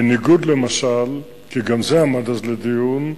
בניגוד, למשל, כי גם זה עמד אז לדיון,